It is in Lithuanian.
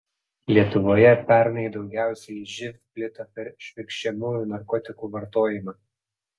lietuvoje pernai daugiausiai živ plito per švirkščiamųjų narkotikų vartojimą